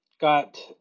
got